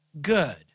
good